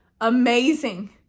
amazing